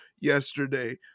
yesterday